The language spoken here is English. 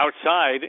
outside